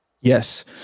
Yes